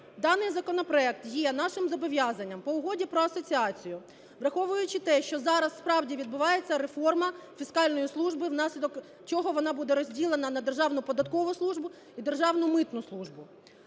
даний законопроект є нашим зобов'язанням по Угоді про асоціацію, враховуючи те, що зараз, справді, відбувається реформа фіскальної служби, внаслідок чого вона буде розділена на Державну податкову службу і Державну митну службу,